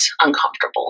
uncomfortable